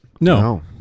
No